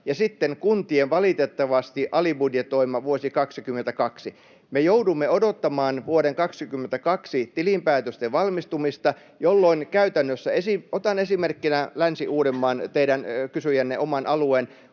kuntien valitettavasti alibudjetoima vuosi 22, me joudumme odottamaan vuoden 22 tilinpäätösten valmistumista, jolloin käytännössä — otan esimerkkinä Länsi-Uudenmaan, teidän eli kysyjän oman alueen